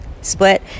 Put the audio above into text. split